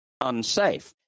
unsafe